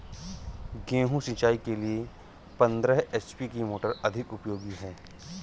गेहूँ सिंचाई के लिए पंद्रह एच.पी की मोटर अधिक उपयोगी है?